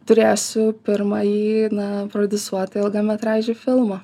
turėsiu pirmąjį na prodiusuotą ilgametražį filmą